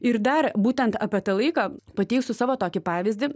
ir dar būtent apie tą laiką pateiksiu savo tokį pavyzdį